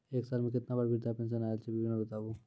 एक साल मे केतना बार वृद्धा पेंशन आयल छै विवरन बताबू?